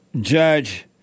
Judge